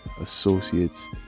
associates